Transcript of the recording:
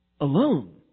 alone